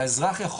גם